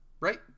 Right